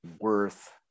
worth